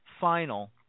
final